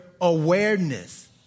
awareness